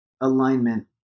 alignment